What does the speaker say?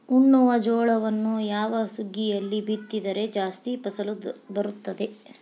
ಉಣ್ಣುವ ಜೋಳವನ್ನು ಯಾವ ಸುಗ್ಗಿಯಲ್ಲಿ ಬಿತ್ತಿದರೆ ಜಾಸ್ತಿ ಫಸಲು ಬರುತ್ತದೆ?